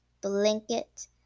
blanket